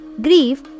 grief